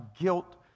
guilt